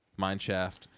mineshaft